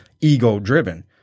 ego-driven